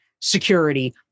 security